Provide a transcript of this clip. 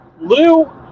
Lou